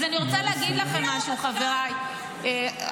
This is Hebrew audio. אז אני רוצה להגיד לכם משהו, חבריי, נא לסיים.